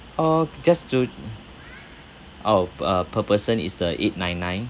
oh just two oh p~ uh per person is the eight nine nine